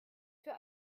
für